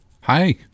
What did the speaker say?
Hi